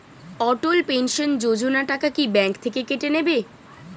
অটল pension Yojana টাকা কি bank থেকে কেটে নেবে?